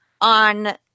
on